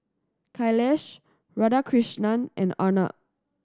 Kailash Radhakrishnan and Arnab